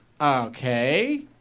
Okay